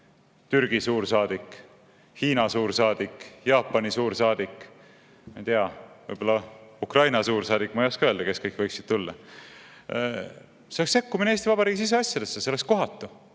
Türgi suursaadik, Hiina suursaadik, Jaapani suursaadik, ma ei tea, võib-olla Ukraina suursaadik. Ma ei oska öelda, kes kõik võiksid tulla. See oleks sekkumine Eesti Vabariigi siseasjadesse, see oleks kohatu.